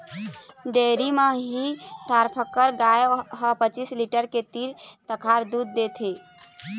dairy म इहीं थारपकर गाय ह पचीस लीटर के तीर तखार दूद देथे